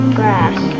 grass